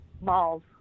Malls